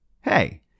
hey